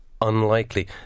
unlikely